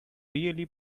really